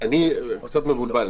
קצת מבולבל.